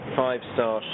five-star